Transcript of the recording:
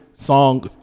Song